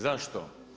Zašto?